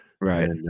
right